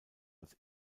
als